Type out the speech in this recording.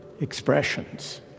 expressions